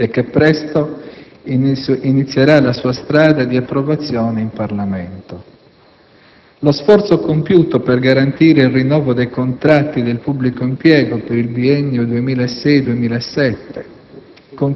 che presto inizierà la sua strada di approvazione in Parlamento. Lo sforzo compiuto per garantire il rinnovo dei contratti del pubblico impiego per il biennio 2006-2007,